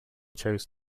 chose